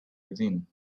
within